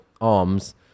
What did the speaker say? arms